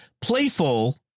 playful